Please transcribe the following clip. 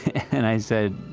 and i said,